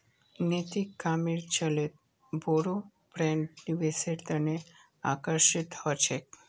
नैतिक कामेर चलते बोरो ब्रैंड निवेशेर तने आकर्षित ह छेक